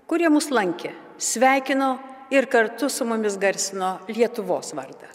kurie mus lankė sveikino ir kartu su mumis garsino lietuvos vardą